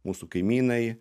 mūsų kaimynai